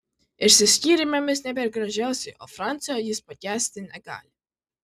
išsiskyrėme mes ne per gražiausiai o francio jis pakęsti negali